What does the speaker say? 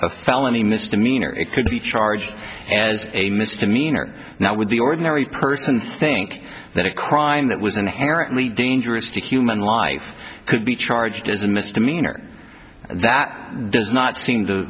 a felony misdemeanor it could be charged as a misdemeanor now with the ordinary person think that a crime that was inherently dangerous to human life could be charged as a misdemeanor that does not seem to